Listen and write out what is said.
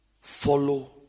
follow